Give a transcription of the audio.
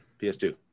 PS2